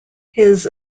his